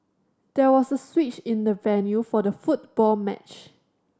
there was a switch in the venue for the football match